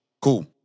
Cool